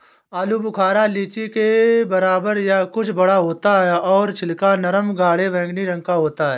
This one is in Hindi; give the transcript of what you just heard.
आलू बुखारा लीची के बराबर या कुछ बड़ा होता है और छिलका नरम गाढ़े बैंगनी रंग का होता है